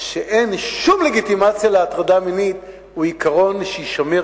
שאין שום לגיטימציה להטרדה מינית הוא עיקרון שיישמר